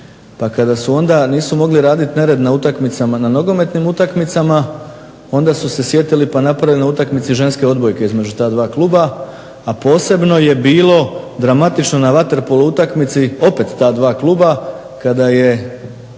pa kada su onda, nisu mogli raditi nered na utakmicama, na nogometnim utakmicama onda su se sjetili pa napravili na utakmici ženske odbojke između ta dva kluba, a posebno je bilo dramatično na vaterpolo utakmici opet ta dva kluba kada je